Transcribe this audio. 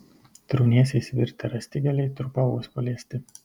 trūnėsiais virtę rąstigaliai trupa vos paliesti